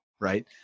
right